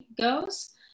goes